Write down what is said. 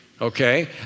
okay